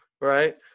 right